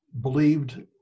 believed